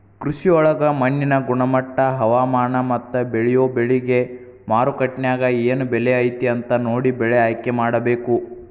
ಕೃಷಿಯೊಳಗ ಮಣ್ಣಿನ ಗುಣಮಟ್ಟ, ಹವಾಮಾನ, ಮತ್ತ ಬೇಳಿಯೊ ಬೆಳಿಗೆ ಮಾರ್ಕೆಟ್ನ್ಯಾಗ ಏನ್ ಬೆಲೆ ಐತಿ ಅಂತ ನೋಡಿ ಬೆಳೆ ಆಯ್ಕೆಮಾಡಬೇಕು